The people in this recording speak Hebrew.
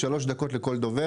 שלוש דקות לכל דובר,